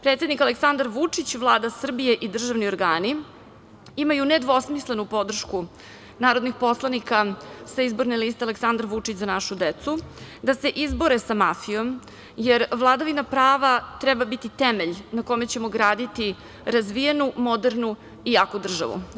Predsednik Aleksandar Vučić, Vlada Srbije i državni organi imaju nedvosmislenu podršku narodnih poslanika sa izborne liste Aleksandar Vučić – Za našu decu, da se izbore sa mafijom, jer vladavina prava treba biti temelj na kome ćemo graditi razvijenu, modernu i jaku državu.